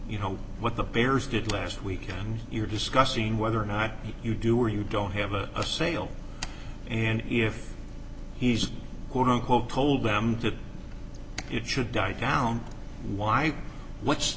you know what the bears did last week and you're discussing whether or not you do or you don't have a sale and if he's quote unquote told them to it should die down why what's